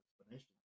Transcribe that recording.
explanation